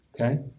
Okay